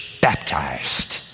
baptized